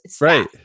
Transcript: Right